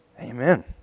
Amen